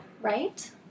Right